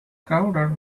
crowded